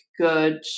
good